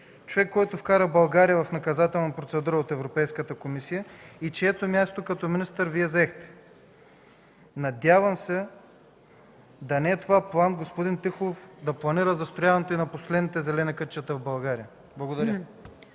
човек, който вкара България в наказателна процедура от Европейската комисия и чието място като министър Вие заехте? Надявам се, това да не е план господин Тихолов да планира застрояването и на последните зелени кътчета в България. Благодаря.